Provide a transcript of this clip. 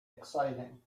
exciting